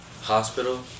hospital